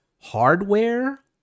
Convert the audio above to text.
hardware